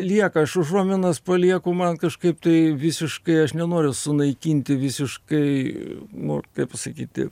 lieka aš užuominas palieku man kažkaip tai visiškai aš nenoriu sunaikinti visiškai nu kaip pasakyti